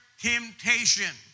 temptation